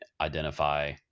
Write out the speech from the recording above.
identify